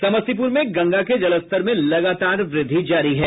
समस्तीपुर में गंगा के जलस्तर में लगातार व्रद्धि जारी है